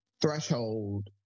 Threshold